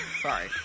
Sorry